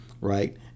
right